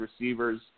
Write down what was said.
receivers